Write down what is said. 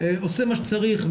עושה מה שצריך,